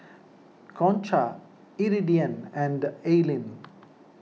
Concha Iridian and Aylin